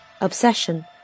obsession